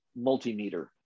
multimeter